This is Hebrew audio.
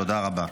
תודה רבה.